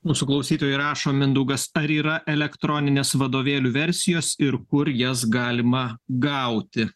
mūsų klausytojai rašo mindaugas ar yra elektroninės vadovėlių versijos ir kur jas galima gauti